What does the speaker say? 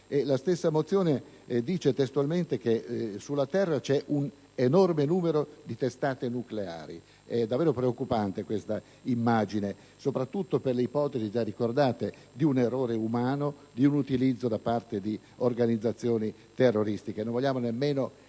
La stessa mozione dice testualmente che sulla terra c'è un enorme numero di testate nucleari. È davvero preoccupante questa immagine, soprattutto per le ipotesi già ricordate di un errore umano e di un utilizzo da parte di organizzazioni terroristiche. Non vogliamo nemmeno